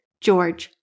George